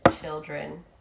children